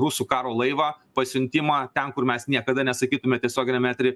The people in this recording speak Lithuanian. rusų karo laivą pasiuntimą ten kur mes niekada nesakytume tiesioginiam etery